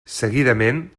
seguidament